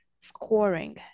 scoring